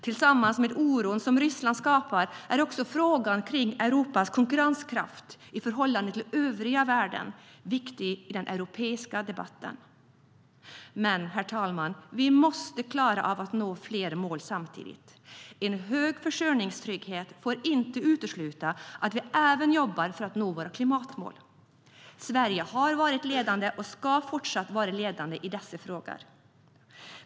Tillsammans med den oro som Ryssland skapar är också frågan om Europas konkurrenskraft i förhållande till övriga världen viktig i den europeiska debatten. Men, herr talman, vi måste klara av att nå flera mål samtidigt. En hög försörjningstrygghet får inte utesluta att vi även jobbar för att nå våra klimatmål. Sverige har varit ledande och ska fortsatt vara ledande i dessa frågor.